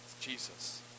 Jesus